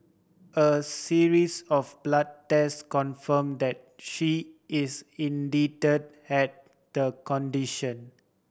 a series of blood test confirm that she is indeed had the condition